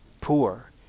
poor